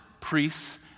priests